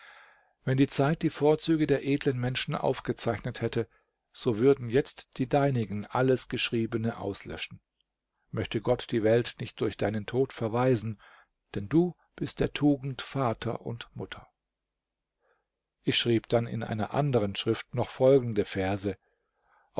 wenn die zeit die vorzüge der edlen menschen aufgezeichnet hätte so würden jetzt die deinigen alles geschriebene auslöschen möchte gott die welt nicht durch deinen tod verwaisen denn du bist der tugend vater und mutter ich schrieb dann in einer anderen schrift noch folgende verse